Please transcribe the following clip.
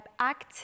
act